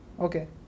Okay